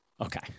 Okay